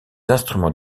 instruments